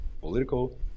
political